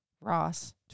Ross